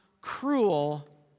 cruel